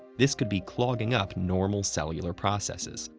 this could be clogging up normal cellular processes,